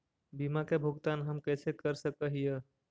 बीमा के भुगतान हम कैसे कैसे कर सक हिय?